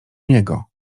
niego